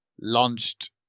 launched